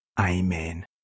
Amen